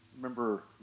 Remember